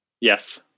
Yes